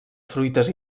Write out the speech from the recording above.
fruites